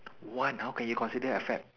one how can you consider a fad